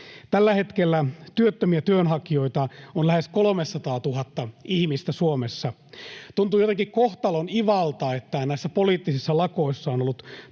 Tällä hetkellä työttömiä työnhakijoita on lähes 300 000 ihmistä Suomessa. Tuntuu jotenkin kohtalon ivalta, että näissä poliittisissa lakoissa on ollut